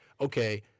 okay